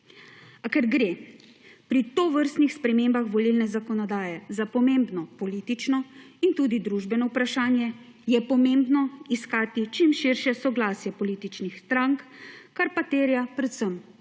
A ker gre pri tovrstnih spremembah volilne zakonodaje za pomembno politično in tudi družbeno vprašanje, je pomembno iskati čim širše soglasje političnih strank, kar pa terja predvsem